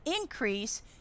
increase